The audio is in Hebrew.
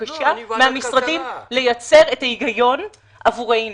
בבקשה מהמשרדים לייצר את ההיגיון עבורנו.